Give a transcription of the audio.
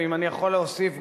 ואם אני יכול להוסיף,